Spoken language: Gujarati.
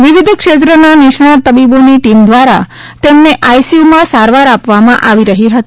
વિવિધ ક્ષેત્રના નિષ્ણાત તબીબોની ટીમ દ્વારા તેમની આઇસીયુમાં સારવાર આપવામાં આવી રહી હતી